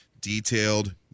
detailed